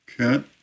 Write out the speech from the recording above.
Okay